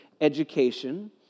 education